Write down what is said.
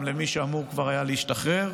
גם למי שאמור כבר היה להשתחרר.